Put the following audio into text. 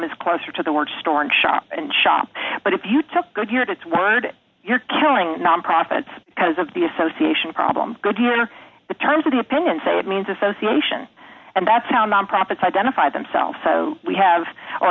is closer to the word store and shop and shop but if you took goodyear at its word you're killing nonprofits because of the association problem good here are the terms of the pen and say it means association and that's how nonprofits identify themselves so we